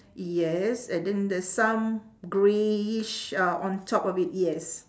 yes and then there's some greyish uh on top of it yes